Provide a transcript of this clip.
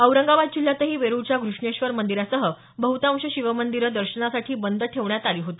औरंगाबाद जिल्ह्यातही वेरुळच्या घ्रष्णेश्वर मंदिरासह बहुतांश शिवमंदीरं दर्शनासाठी बंद ठेवण्यात आली होती